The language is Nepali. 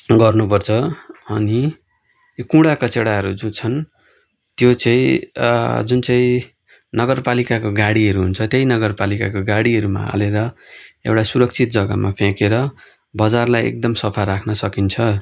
गर्नु पर्छ अनि यो कुँडा कचेडाहरू जो छन् त्यो चाहिँ जुन चाहिँ नगरपालिकाको गाडीहरू हुन्छ त्यही नगरपालिकाको गाडीहरूमा हालेर एउटा सुरक्षित जग्गामा फ्याँकेर बजारलाई एकदम सफा राख्न सकिन्छ